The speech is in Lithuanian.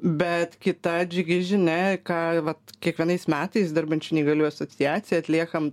bet kita džiugi žinia ką vat kiekvienais metais dirbančių neįgaliųjų asociacija atliekam